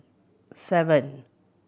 seven